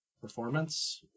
Performance